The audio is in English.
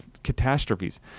catastrophes